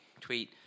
Tweet